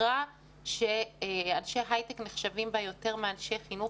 חברה שאנשי הייטק נחשבים בה יותר מאנשי חינוך,